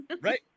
Right